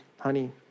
honey